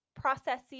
processes